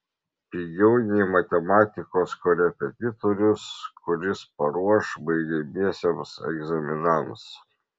pigiau nei matematikos korepetitorius kuris paruoš baigiamiesiems egzaminams